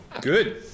good